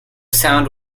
sound